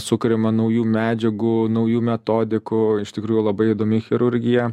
sukuriama naujų medžiagų naujų metodikų iš tikrųjų labai įdomi chirurgija